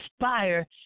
Inspire